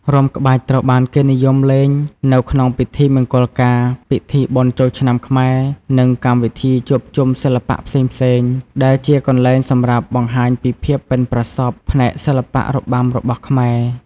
រាំក្បាច់ត្រូវបានគេនិយមលេងនៅក្នុងពិធីមង្គលការ ពិធីបុណ្យចូលឆ្នាំខ្មែរ និងកម្មវិធីជួបជុំសិល្បៈផ្សេងៗ ដែលជាកន្លែងសម្រាប់បង្ហាញពីភាពប៉ិនប្រសប់ផ្នែកសិល្បៈរបាំរបស់ខ្មែរ។